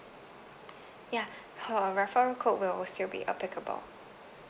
ya her referral code will will still be applicable